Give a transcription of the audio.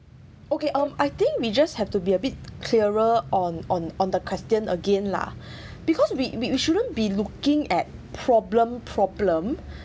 okay um I think we just have to be a bit clearer on on on the question again lah because we we we shouldn't be looking at problem problem